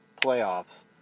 playoffs